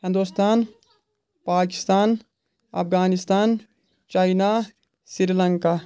Hindustan Pakistan Afghanistan China Sri Lanka